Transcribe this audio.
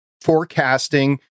forecasting